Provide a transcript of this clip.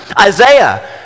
Isaiah